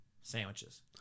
Sandwiches